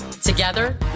Together